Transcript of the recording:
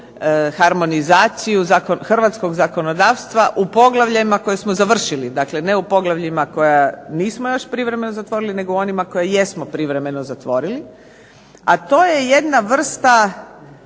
harmonizaciju hrvatskog zakonodavstva u poglavljima koje smo završili. Dakle, ne u poglavljima koja nismo još privremeno zatvorili nego u onima koje jesmo privremeno zatvorili, a to je jedna vrsta